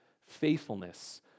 Faithfulness